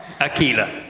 Aquila